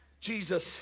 Jesus